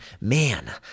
man